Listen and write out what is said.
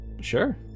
Sure